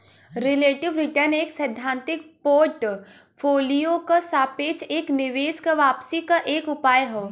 relative return एक सैद्धांतिक portfolio क सापेक्ष एक निवेश क वापसी क एक उपाय हौ